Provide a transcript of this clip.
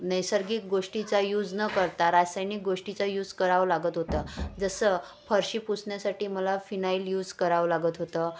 नैसर्गिक गोष्टीचा यूज न करता रासायनिक गोष्टीचा यूज करावं लागत होतं जसं फरशी पुसण्यासाठी मला फिनाईल यूज करावं लागत होतं